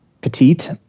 petite